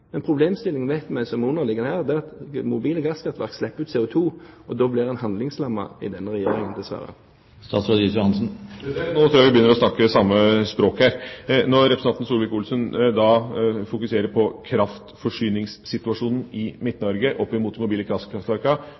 Men vi vet at den underliggende problemstillingen her er at mobile gasskraftverk slipper ut CO2, og da blir denne regjeringen handlingslammet – dessverre. Nå tror jeg vi begynner å snakke samme språk. Når representanten Solvik-Olsen fokuserer på kraftforsyningssituasjonen i